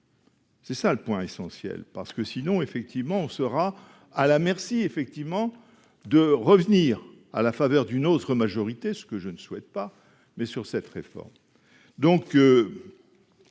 C'est ça le point essentiel, parce que sinon effectivement, on sera à la merci, effectivement, de revenir à la faveur d'une autre majorité, ce que je ne souhaite pas, mais sur cette réforme,